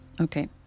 Okay